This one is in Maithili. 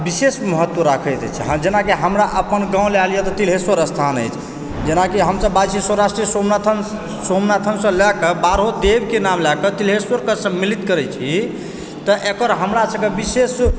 विशेष महत्व राखैत अछि जेनाकि हमरा अपन गाँव लए लिअऽ तऽ तिल्हेश्वर स्थान अछि जेनाकि हम सब जाइ छिऐ सौराष्ट्रे सोमनाथन सोमनाथनसँ लए कऽ बारहों देवके नाम लए कऽ तिल्हेश्वर कऽ सम्मिलित करैछी तऽ एकर हमरा सबके विशेष